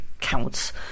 counts